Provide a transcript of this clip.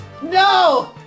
No